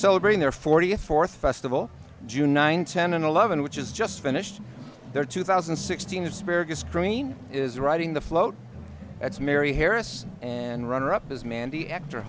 celebrating their forty fourth festival june nine ten and eleven which is just finished their two thousand and sixteen asparagus green is riding the float that's mary harris and runner up as mandy a